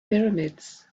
pyramids